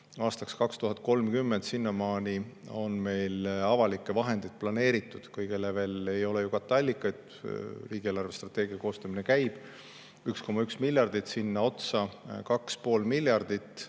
aastaks 2030. Sinnamaani on meil avalikke vahendeid planeeritud – kõigele veel ei ole katteallikaid, riigi eelarvestrateegia koostamine käib – 1,1 miljardit, sinna otsa 2,5 miljardit